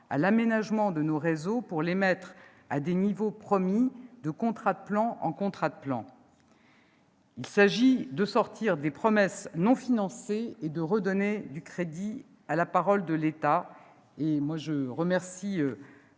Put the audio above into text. à l'aménagement de nos réseaux, afin de les mettre aux niveaux promis de contrat de plan en contrat de plan. Il s'agit de sortir des promesses non financées et de redonner du crédit à la parole de l'État, et je remercie